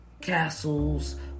castles